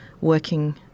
working